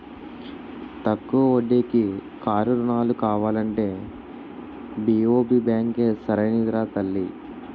తక్కువ వడ్డీకి కారు రుణాలు కావాలంటే బి.ఓ.బి బాంకే సరైనదిరా తల్లీ